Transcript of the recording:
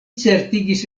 certigis